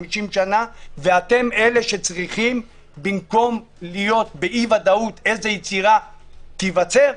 50 שנה ואתם אלה שצריכים במקום להיות באי-ודאות איזו יצירה תיווצר,